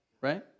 right